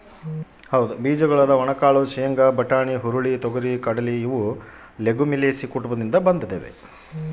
ಬೀಜಗಳಾದ ಒಣಕಾಳು ಶೇಂಗಾ, ಬಟಾಣಿ, ಹುರುಳಿ, ತೊಗರಿ,, ಕಡಲೆ ಇವು ಲೆಗುಮಿಲೇಸಿ ಕುಟುಂಬದಿಂದ ಬಂದಾವ